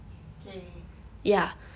okay